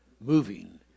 moving